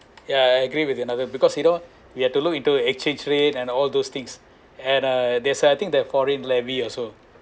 yeah I agree with another because you know we have to look into actual trade and all those things and uh that's I think that foreign levy also